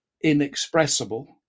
inexpressible